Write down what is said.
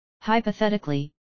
Hypothetically